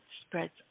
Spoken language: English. spreads